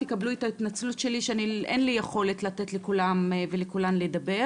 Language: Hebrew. תקבלו את ההתנצלות שלי שאין לי יכולת לתת לכולם ולכולן לדבר.